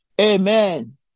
Amen